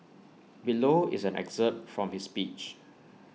below is an excerpt from his speech